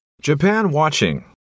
Japan-watching